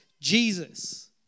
Jesus